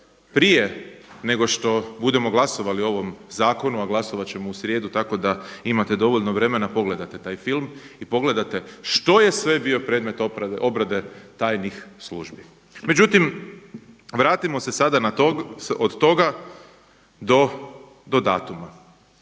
prije nego što budemo glasovali o ovom zakonu, a glasovat ćemo u srijedu tako da imate dovoljno vremena pogledati taj film i pogledate što je sve bio predmet obrade tajnih službi. Međutim, vratimo se sada od toga do datuma.